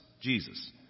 Jesus